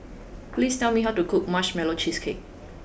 please tell me how to cook Marshmallow Cheesecake